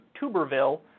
Tuberville